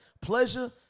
pleasure